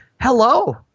Hello